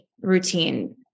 routine